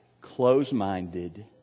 close-minded